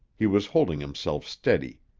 he was holding himself steady.